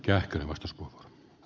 arvoisa puhemies